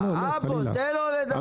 רגע, רגע, אבו, תן לו לדבר.